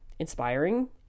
inspiring